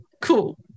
Cool